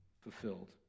fulfilled